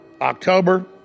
October